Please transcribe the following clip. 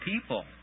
people